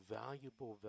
valuable